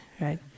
right